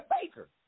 Baker